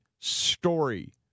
story